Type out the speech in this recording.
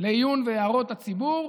לעיון והערות הציבור,